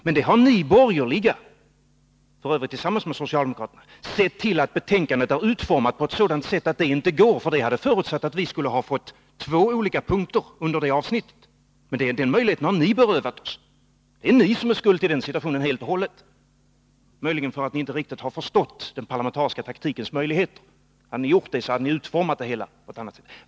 Men ni inom borgerligheten, f. ö. tillsammans med socialdemokraterna, har sett till att betänkandet har utformats på ett sätt som gör att det inte går. Det skulle nämligen ha förutsatt två olika punkter under avsnittet i fråga. Den möjligheten har ni berövat oss. Det är ni som helt och hållet bär skulden till situationen — kanske för att ni inte riktigt har förstått den parlamentariska taktikens möjligheter. Hade ni gjort det, så hade ni utformat det hela på ett annat sätt.